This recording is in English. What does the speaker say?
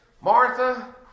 Martha